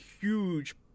huge